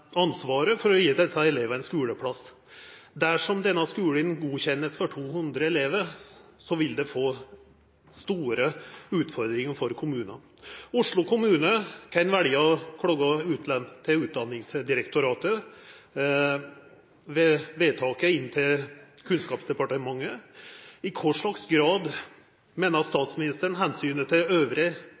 ansvaret for å gje desse elevane skuleplass. Dersom denne skulen vert godkjend for 200 elevar, vil det verta store utfordringar for kommunen. Oslo kommune kan velja å klaga Utdanningsdirektoratets vedtak inn til Kunnskapsdepartementet. I kva grad meiner statsministeren omsynet til